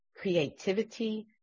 creativity